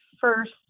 first